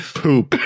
poop